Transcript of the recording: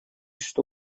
что